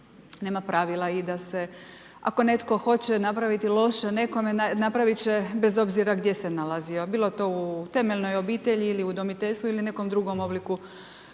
nema pravila i da se ako netko hoće napraviti loše nekome, napravit će bez obzira gdje se nalazio, bilo to u temeljnoj obitelji ili udomiteljstvu ili nekom drugom obliku